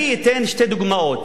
אני אתן שתי דוגמאות.